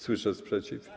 Słyszę sprzeciw?